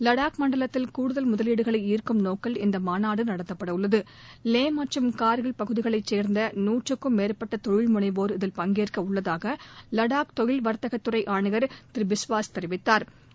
லடாக் மண்டலத்தில் கூடுதல் முதலீடுகளை ஈர்க்கும் நோக்கில் இந்த மாநாடு நடத்தப்பட உள்ளது லே மற்றும் கா்பில் பகுதிகளைச் சேர்ந்த நுற்றுக்கும் மேற்பட்ட தொழில் முனைவோா் இதில் பங்கேற்க உள்ளதாக வடாக் தொழில் வா்த்தகத்துறை ஆணையா் திரு பிஸ்வாஸ் தெரிவித்தாா்